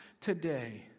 today